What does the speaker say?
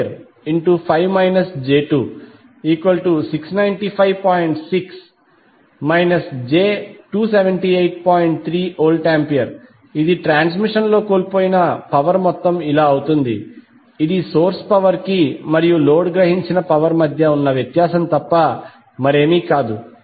3VA ఇది transmission లో కోల్పోయిన పవర్ మొత్తం ఇలా అవుతుంది ఇది సోర్స్ పవర్ కి మరియు లోడ్ గ్రహించిన పవర్ మధ్య ఉన్న వ్యత్యాసం తప్ప మరేమీ కాదు